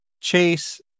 Chase